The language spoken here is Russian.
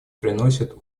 приносит